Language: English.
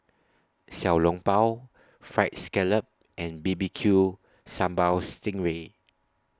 Xiao Long Bao Fried Scallop and B B Q Sambal Sting Ray